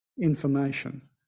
information